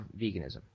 veganism